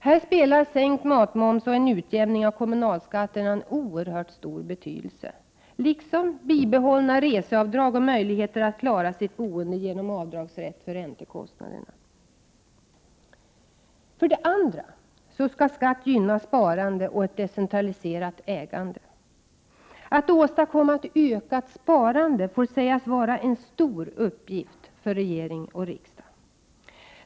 Här spelar sänkt matmoms och en utjämning av kommunalskatten en oerhört stor roll, liksom bibehållna reseavdrag och möjligheter att klara sitt boende genom avdragsrätt för räntekostnader. För det andra skall skatt gynna sparande och ett decentraliserat ägande. Att åstadkomma ett ökat sparande får sägas vara en stor uppgift för regering och riksdag.